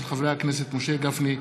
של חברי הכנסת משה גפני,